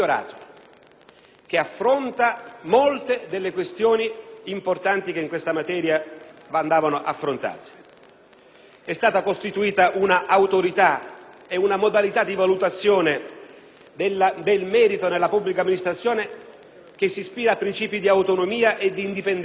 esame molte delle questioni importanti che in questa materia andavano affrontate. È stata costituita un'Autorità, una modalità di valutazione del merito nella pubblica amministrazione che si ispira a principi di autonomia e di indipendenza;